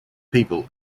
people